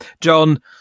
john